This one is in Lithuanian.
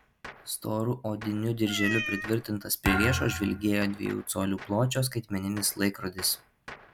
storu odiniu dirželiu pritvirtintas prie riešo žvilgėjo dviejų colių pločio skaitmeninis laikrodis